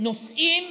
בנושאים